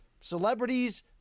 celebrities